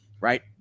right